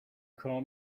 call